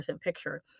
picture